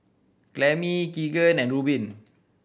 Clemie Keegan and Rubin